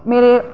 मेरे